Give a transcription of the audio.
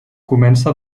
comença